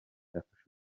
yafasha